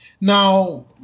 Now